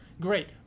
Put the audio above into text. Great